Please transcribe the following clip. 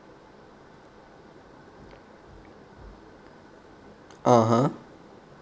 (uh huh)